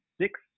six